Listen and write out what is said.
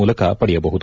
ಮೂಲಕ ಪಡೆಯಬಹುದು